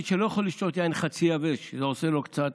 מי שלא יכול לשתות יין חצי יבש כי זה עושה לו קצת,